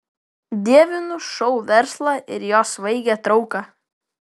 dievinu šou verslą ir jo svaigią trauką